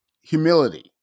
humility